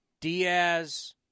Diaz